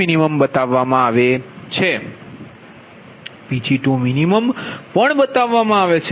અને આ Pg1min બતાવવામાં આવે છે Pg2min પણ બતાવવામાં આવે છે